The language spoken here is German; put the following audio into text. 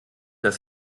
dass